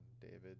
David